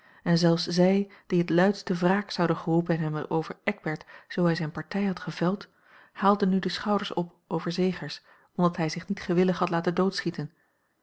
en zelfs zij die het luidste wraak zouden geroepen hebben over eckbert zoo hij zijne partij had geveld haalden nu de schouders op over zegers omdat hij zich niet gewillig had laten doodschieten